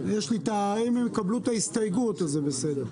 אם הם יקבלו את ההסתייגות, זה בסדר.